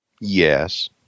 Yes